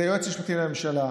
זה היועץ המשפטי לממשלה.